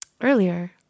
earlier